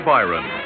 Byron